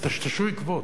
תטשטשו עקבות.